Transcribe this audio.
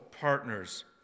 partners